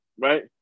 right